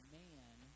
man